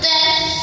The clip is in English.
Death